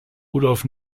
rudolf